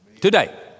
Today